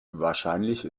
wahrscheinlich